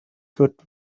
good